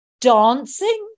dancing